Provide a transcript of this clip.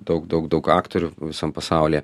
daug daug daug aktorių visam pasaulyje